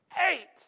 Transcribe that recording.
Eight